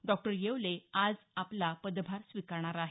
doctor Yewale आज आपला पदभार स्वीकारणार आहेत